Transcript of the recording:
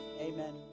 amen